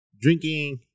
drinking